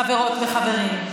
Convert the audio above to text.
חברות וחברים.